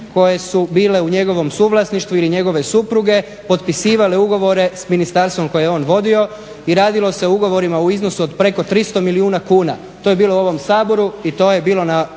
koje su bile u njegovom suvlasništvu ili njegove supruge potpisivale ugovore s ministarstvo koje je on vodio i radilo se o ugovorima u iznosu od preko 300 milijuna kuna. To je bilo u ovom Saboru i to je bilo na